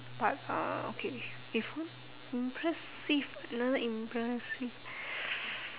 but uh okay if what impressive another impressive